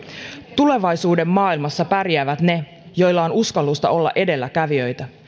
tulevaisuuden maailmassa pärjäävät ne joilla on uskallusta olla edelläkävijöitä